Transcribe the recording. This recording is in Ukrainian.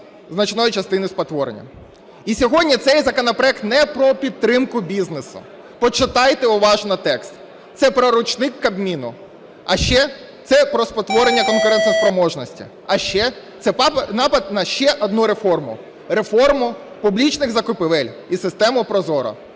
значної частини спотворення. І сьогодні цей законопроект не про підтримку бізнесу. Почитайте уважно текст. Це про ручник Кабміну. А ще це про спотворення конкурентоспроможності, а ще це напад на ще одну реформу – реформу публічних закупівель і систему ProZorro.